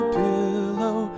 pillow